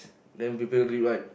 then people read what